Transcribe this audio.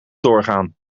doorgaan